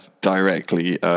directly